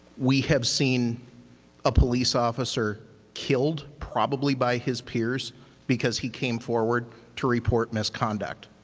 we have seen a police officer killed probably by his peers because he came forward to report misconduct.